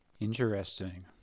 Interesting